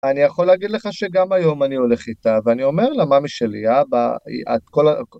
אני יכול להגיד לך שגם היום אני הולך איתה ואני אומר למאמי שלי, אבא, את כל ה...